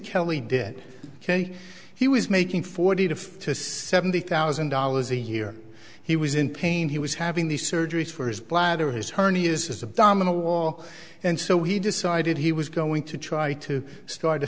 kelly did ok he was making forty to fifty to seventy thousand dollars a year he was in pain he was having these surgeries for his bladder his hernia is his abdominal wall and so he decided he was going to try to start a